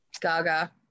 Gaga